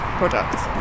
products